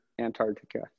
Antarctica